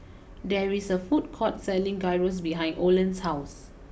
there is a food court selling Gyros behind Oland's house